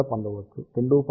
783 n